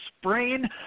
sprain